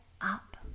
up